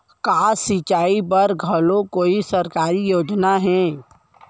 का सिंचाई बर घलो कोई सरकारी योजना हे?